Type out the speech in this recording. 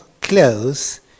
close